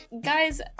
Guys